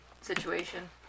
situation